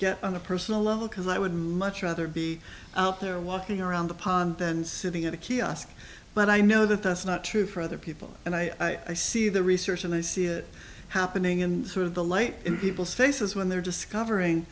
get on a personal level because i would much rather be out there walking around the pond than sitting at a kiosk but i know that that's not true for other people and i see the research and i see it happening in sort of the light in people's faces when they're discovering